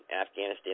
Afghanistan